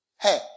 hey